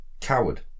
coward